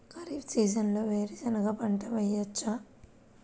ఖరీఫ్ సీజన్లో వేరు శెనగ పంట వేయచ్చా?